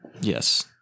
yes